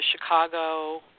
Chicago